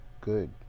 good